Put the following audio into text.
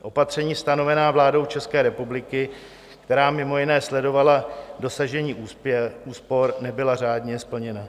Opatření stanovená vládou České republiky, která mimo jiné sledovala dosažení úspor, nebyla řádně splněna.